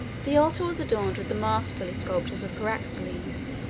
the altar was adorned with the masterly sculptures of praxiteles,